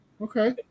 Okay